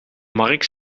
marc